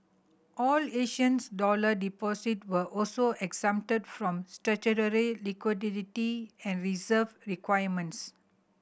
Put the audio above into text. all Asian's dollar deposit were also exempted from statutory liquidity and reserve requirements